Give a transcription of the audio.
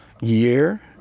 year